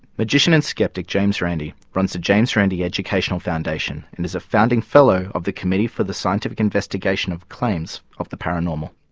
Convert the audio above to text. magician and skeptic james randi runs the james randi educational foundation and is a founding fellow of the committee for the scientific investigation of claims of the paranormal.